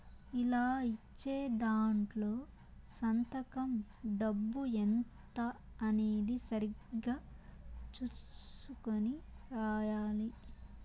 ఇలా ఇచ్చే దాంట్లో సంతకం డబ్బు ఎంత అనేది సరిగ్గా చుసుకొని రాయాలి